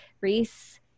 Reese